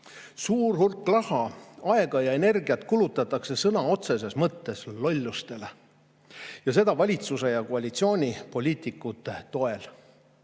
Suur hulk raha, aega ja energiat kulutatakse sõna otseses mõttes lollustele, ja seda valitsuse ja koalitsiooni poliitikute toel.